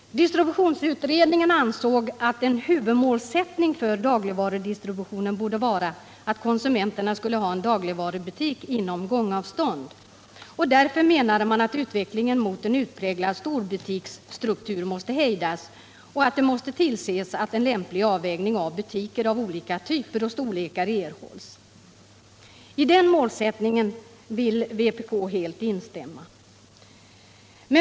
Distributionsutredningen ansåg att en huvudmålsättning för dagligvarudistributionen borde vara att konsumenterna skulle ha en dagligvarubutik inom gångavstånd. Därför menade man att utvecklingen mot en utpräglad storbutiksstruktur måste hejdas och att det måste tillses att en lämplig avvägning av butiker av olika typer och storlek erhålls. I den målsättningen vill vpk helt instämma.